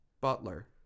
butler